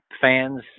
fans